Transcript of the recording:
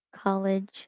college